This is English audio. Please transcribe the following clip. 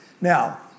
Now